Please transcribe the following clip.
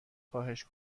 خواهش